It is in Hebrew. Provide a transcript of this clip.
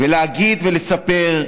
להגיד ולספר,